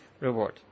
reward